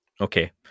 Okay